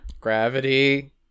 Gravity